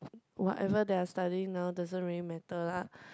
whatever that I studying now doesn't really matter lah